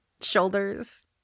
shoulders